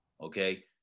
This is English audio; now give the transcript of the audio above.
okay